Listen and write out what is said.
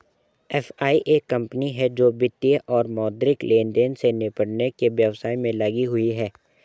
FI एक company है जो वित्तीय और मौद्रिक लेनदेन से निपटने के व्यवसाय में लगी हुई है